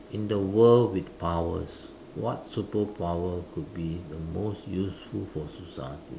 in the world with powers what superpower could be the most useful for society